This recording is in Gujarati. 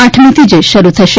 આઠમી થી જ શરૂ થશે